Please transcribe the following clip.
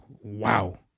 wow